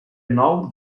nou